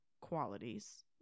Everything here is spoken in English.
qualities